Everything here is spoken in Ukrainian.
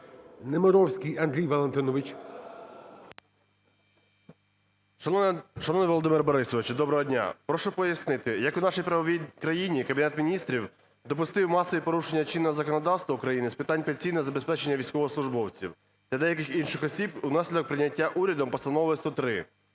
Немировський Андрій Валентинович. 10:58:45 НЕМИРОВСЬКИЙ А.В. Шановний Володимире Борисовичу, доброго дня! Прошу пояснити, як у правовій країні Кабінет Міністрів допустив масові порушення чинного законодавства України з питань пенсійного забезпечення військовослужбовців та деяких інших осіб унаслідок прийняття урядом Постанови 103.